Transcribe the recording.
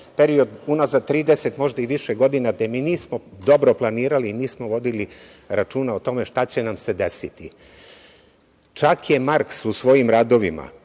period unazad 30, možda i više godine, gde mi nismo dobro planirali, nismo vodili računa o tome šta će nam se desiti. Čak je Marks u svojim radovima